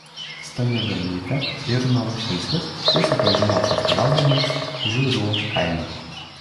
staniulionytė ir novošinskis susipažino atostogaudami žiurių kaime